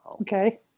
Okay